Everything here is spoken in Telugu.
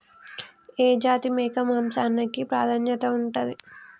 ఏ జాతి మేక మాంసానికి ప్రాధాన్యత ఉంటది?